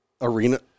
Arena